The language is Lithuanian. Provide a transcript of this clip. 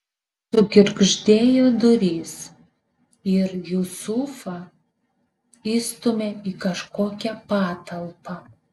sugirgždėjo durys ir jusufą įstūmė į kažkokią patalpą